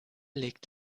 legt